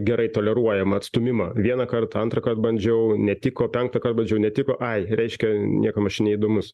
gerai toleruojam atstūmimą vienąkart antrąkar bandžiau netiko penktąkart bandžiau netiko ai reiškia niekam aš neįdomus